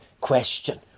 question